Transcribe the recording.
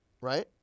right